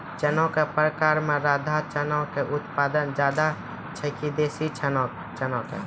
चना के प्रकार मे राधा चना के उत्पादन ज्यादा छै कि देसी चना के?